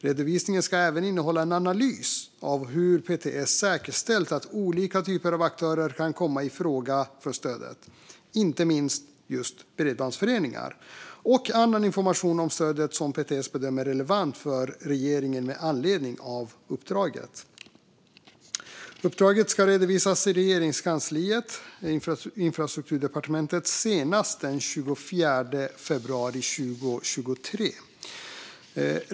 Redovisningen ska även innehålla en analys av hur PTS säkerställt att olika typer av aktörer kan komma i fråga för stödet, inte minst bredbandsföreningar, och annan information om stödet som PTS bedömer relevant för regeringen med anledning av uppdraget. Uppdraget ska redovisas till Regeringskansliet - Infrastrukturdepartementet - senast den 24 februari 2023.